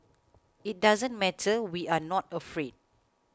it doesn't matter we are not afraid